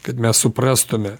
kad mes suprastume